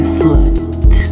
foot